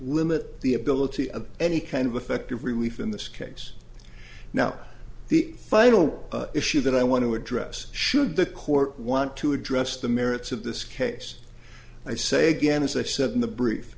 limit the ability of any kind of effect of relief in this case now the final issue that i want to address should the court want to address the merits of this case i say again as i said in the brief